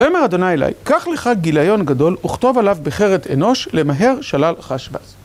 ויאמר ה' אלי קח־לך גליון גדול וכתב עליו בחרט אנוש למהר שלל חש בז